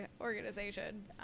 organization